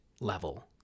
level